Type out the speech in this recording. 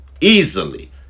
easily